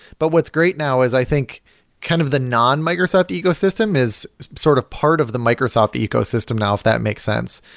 but what's great now is i think kind of the non-microsoft ecosystem is sort of part of the microsoft ecosystem now if that makes sense.